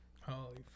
Holy